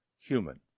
human